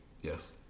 Yes